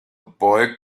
boy